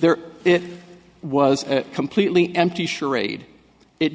there it was completely empty charade it